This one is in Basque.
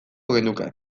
genuke